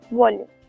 volume